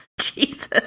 Jesus